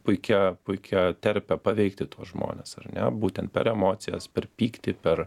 puikia puikia terpe paveikti tuos žmones ar ne būtent per emocijas per pyktį per